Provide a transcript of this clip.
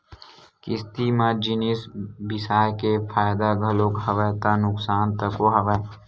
किस्ती म जिनिस बिसाय के फायदा घलोक हवय ता नुकसान तको हवय